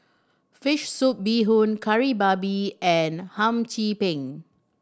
fish soup bee hoon Kari Babi and Hum Chim Peng